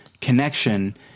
connection